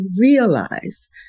realize